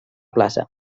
plaça